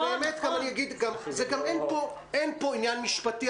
גם אין פה עניין משפטי.